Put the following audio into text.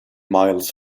miles